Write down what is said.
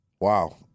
wow